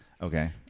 Okay